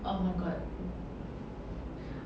oh my god